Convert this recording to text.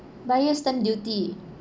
buyer stamp duty